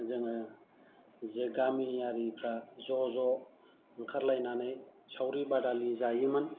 जोङो जे गामियारिफोरा ज' ज' ओंखारलायनानै सावरि बादालि जायोमोन